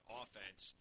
offense